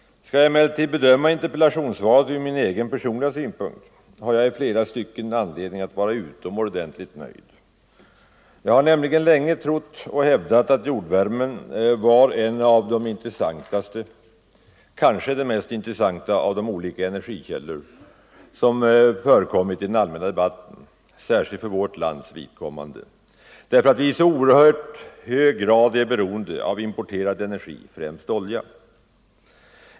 Skall jag emellertid bedöma interpellationssvaret från min egen, personliga synpunkt har jag anledning att i flera stycken vara utomordentligt nöjd. Jag har nämligen länge trott och hävdat att jordvärmen var en av de intressantaste — kanske den mest intressanta — av de olika energikällor som nämnts i den allmänna debatten, särskilt för vårt lands vidkommande, därför att vi i så hög grad är beroende av importerad energi, främst olja.